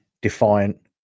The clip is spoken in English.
Defiant